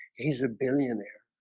he's a billionaire